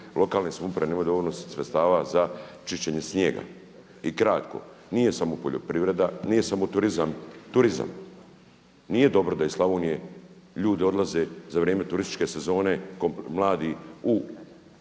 lokalne samouprave nema dovoljno sredstava za čišćenje snijega. I kratko, nije samo poljoprivreda nije samo turizam, turizam, nije dobro da iz Slavonije ljudi odlaze za vrijeme turističke sezone kao mladi u